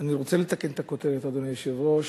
אני רוצה לתקן את הכותרת, אדוני היושב-ראש: